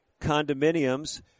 condominiums